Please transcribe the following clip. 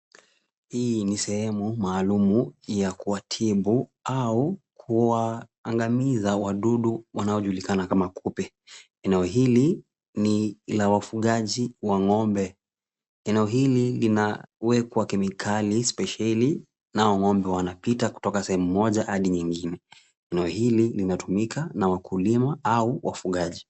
Hii ni sehemu maalumu ya kuwatibu au kuwaangamiza wadudu wanaojulikana kama kupe. Eneo hili ni la wafugaji wa ng'ombe. Eneo hili linaekwa kemikali spesheli nao ng'ombe wanapita kutoka sehemu moja hadi nyingine. Eneo hili linatumika na wakulima au wafugaji